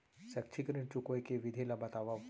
शैक्षिक ऋण चुकाए के विधि ला बतावव